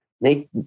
make